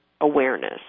awareness